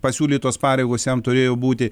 pasiūlytos pareigos jam turėjo būti